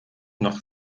noch